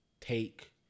take